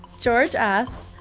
george asked,